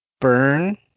Burn